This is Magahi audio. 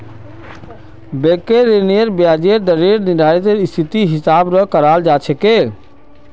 बैंकेर ऋनेर ब्याजेर दरेर निर्धानरेर स्थितिर हिसाब स कराल जा छेक